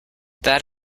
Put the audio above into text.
that